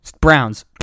Browns